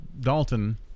Dalton